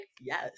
yes